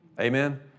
Amen